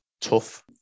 tough